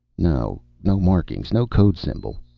no. no markings. no code symbol.